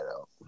out